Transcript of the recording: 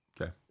Okay